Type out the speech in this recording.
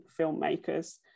filmmakers